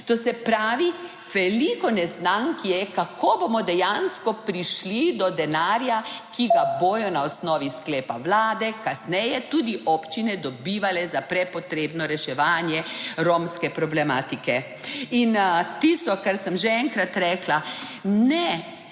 to se pravi, veliko neznank je, kako bomo dejansko prišli do denarja, ki ga bodo na osnovi sklepa vlade kasneje tudi občine dobivale za prepotrebno reševanje romske problematike. In tisto, kar sem že enkrat rekla, ne,